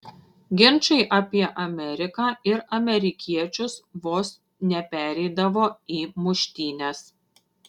ginčai apie ameriką ir amerikiečius vos nepereidavo į muštynes